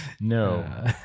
no